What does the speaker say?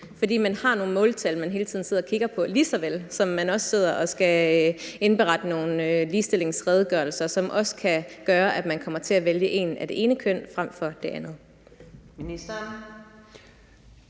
køn. Man har nogle måltal, man hele tiden sidder og kigger på, lige så vel som at man også skal indberette nogle tal om ligestilling, hvilket også kan gøre, at man kommer til at vælge en af det ene køn frem for en af det andet.